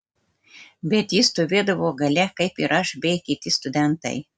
bet ji stovėdavo gale kaip ir aš bei kiti studentai